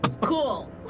Cool